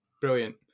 Brilliant